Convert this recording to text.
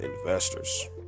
investors